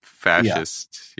fascist